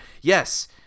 yes